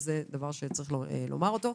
זה דבר שצריך לומר אותו.